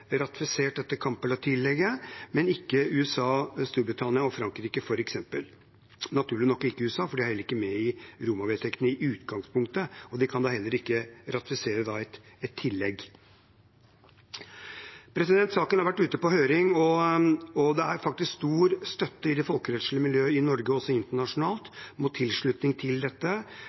ratifisert dette Kampala-tillegget, men ikke f.eks. USA, Storbritannia og Frankrike – naturlig nok ikke USA, for de er ikke med i Roma-vedtektene i utgangspunktet, og de kan da heller ikke ratifisere et tillegg. Saken har vært ute på høring, og det er stor støtte i det folkerettslige miljøet i Norge, og også internasjonalt, om tilslutning til dette.